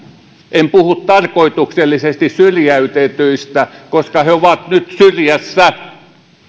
en puhu tarkoituksellisesti syrjäytetyistä koska he ovat nyt syrjässä